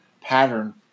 pattern